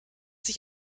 sich